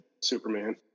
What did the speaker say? Superman